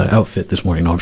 outfit this morning. no, i'm